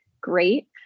great